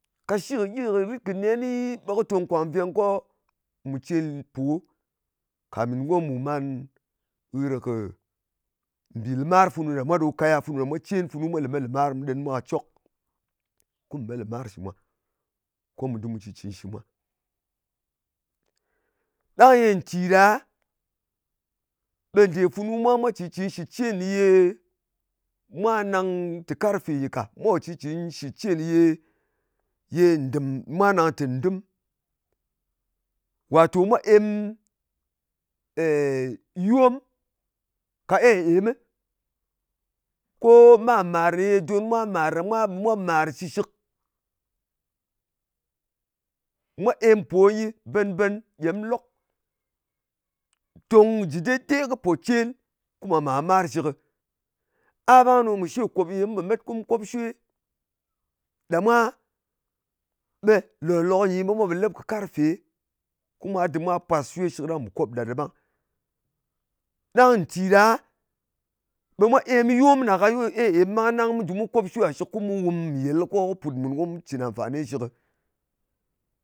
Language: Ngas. Kashi kɨ gyi kɨ rit kɨ neni, ɓe kɨ tong kò nveng ko mù cen po kàmìn ko mu man ghɨr kɨ mbì lɨmar funu ɗa mwa, ɗo kaya funu ɗa mwa. Cen funu mwa leme lɨmar, ɓe mu ɗen mwa ka cok, kùm me lɨmar shɨ mwa, ko mù dɨm mu cɨn shtcɨn shɨ mwa. Ɗang ye nti nyɨ ɗa, ɓe nde funu mwa cɨn shitcɨn shɨ cen me mwa nang tè, karfe nyɨ ka. Mwa pò shitcɨn shɨ cen ye ndɨ̀m. Mwa nang tè ndɨm. Wàto mwa em yom ka em-emɨ. Kooo mar-màr ye don mwa mar ɗa mwa, ɓe mwa mar shɨshɨk. Mwa em po nyɨ ben-ben gyem lok. Tong jɨ dey-dey kɨ pò cen ko mwà màr-mar shɨkɨ. A ɓang ɗo mɨ shwekòp ye mu met ko mu kop shwe. Ɗa mwa lòk-lòk nyi ɓe mwa pò lep kɨ karfe. Ko mwa dɨm mwa pwas shwe shɨk ɗang mù kop ɗa ɗɨ ɓang. Ɗang nti ɗa, ɓe mwa em yom ɗà ka em-èm ɓang, ɗang mu jɨ mu kop shwe ɗà shɨk, ko mu wum nyɨl, ko kɨ put mùn ɗang mu cɨn amfani shɨshɨkɨ.